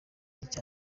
icya